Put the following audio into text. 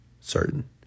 certain